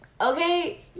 Okay